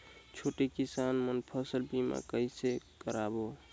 छोटे किसान मन फसल बीमा कइसे कराबो?